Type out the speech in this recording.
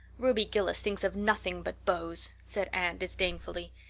ruby gillis thinks of nothing but beaus, said anne disdainfully.